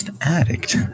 addict